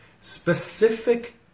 specific